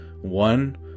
one